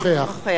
חיים כץ,